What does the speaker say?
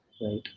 Right